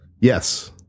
yes